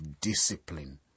discipline